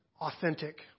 authentic